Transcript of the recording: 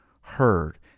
heard